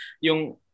yung